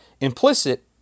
implicit